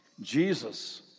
Jesus